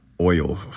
Oil